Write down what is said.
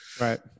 Right